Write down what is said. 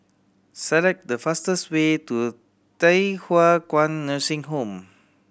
select the fastest way to Thye Hua Kwan Nursing Home